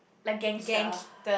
like gangster